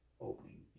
opening